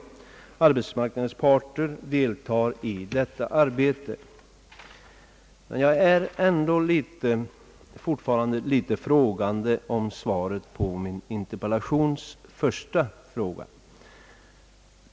Arbetsmarknadens parter deltar i detta arbete.» Jag är ändå fortfarande litet undrande när det gäller svaret på min interpellations första fråga.